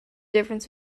difference